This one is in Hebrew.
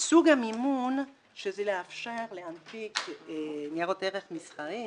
סוג המימון זה לאפשר להנפיק ניירות ערך מסחריים,